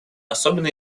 особенно